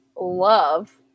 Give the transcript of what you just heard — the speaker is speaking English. love